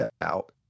out